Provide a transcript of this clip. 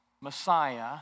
Messiah